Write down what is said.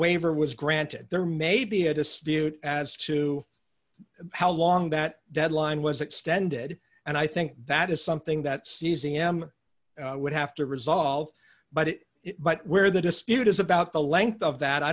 waiver was granted there may be a dispute as to how long that deadline was extended and i think that is something that cesium would have to resolve but it but where the dispute is about the length of that i